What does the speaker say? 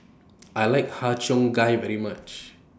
I like Har Cheong Gai very much